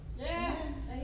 Yes